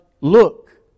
look